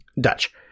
Dutch